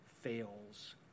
fails